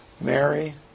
Mary